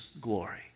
glory